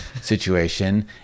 situation